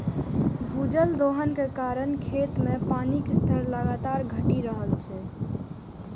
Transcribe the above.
भूजल दोहन के कारण खेत मे पानिक स्तर लगातार घटि रहल छै